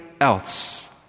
else